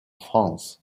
france